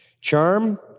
Charm